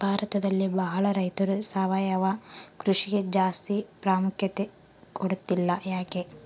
ಭಾರತದಲ್ಲಿ ಬಹಳ ರೈತರು ಸಾವಯವ ಕೃಷಿಗೆ ಜಾಸ್ತಿ ಪ್ರಾಮುಖ್ಯತೆ ಕೊಡ್ತಿಲ್ಲ ಯಾಕೆ?